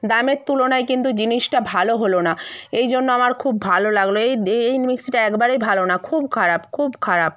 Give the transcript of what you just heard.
দামের তুলনায় কিন্তু জিনিসটা ভালো হলো না এই জন্য আমার খুব ভালো লাগলো এই এই মেক্সিটা একবারেই ভালো না খুব খারাপ খুব খারাপ